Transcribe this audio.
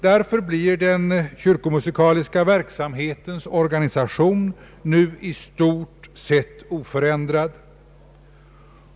Därför blir den kyrkomusikaliska verksamhetens organisation nu i stort sett oförändrad.